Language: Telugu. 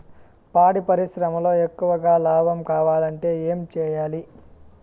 పాడి పరిశ్రమలో ఎక్కువగా లాభం కావాలంటే ఏం చేయాలి?